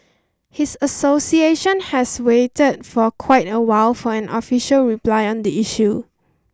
his association has waited for quite a while for an official reply on the issue